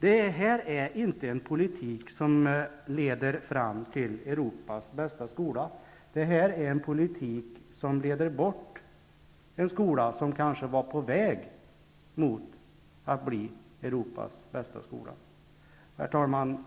Det här är inte en politik som leder fram till Europas bästa skola. Det här är en politik som leder bort från en skola som kanske var på väg att bli Europas bästa skola. Herr talman!